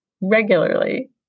regularly